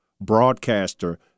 broadcaster